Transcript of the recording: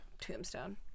tombstone